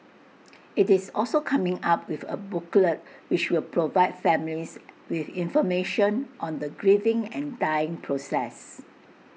IT is also coming up with A booklet which will provide families with information on the grieving and dying process